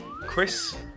Chris